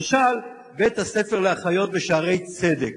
למשל, בית-הספר לאחיות ב"שערי צדק"